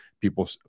people